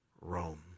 Rome